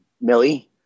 Millie